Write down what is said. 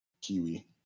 Kiwi